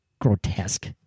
grotesque